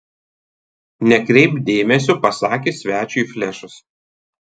nekreipk dėmesio pasakė svečiui flešas